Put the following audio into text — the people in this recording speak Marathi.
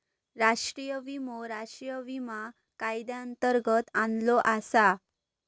राष्ट्रीय विमो राष्ट्रीय विमा कायद्यांतर्गत आणलो आसा